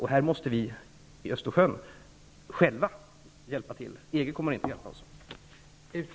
Här måste vi runt Östersjön själva hjälpa till. EG kommer inte att hjälpa oss.